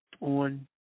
on